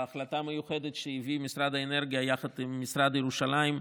בהחלטה מיוחדת שהביא משרד האנרגיה יחד עם משרד ירושלים,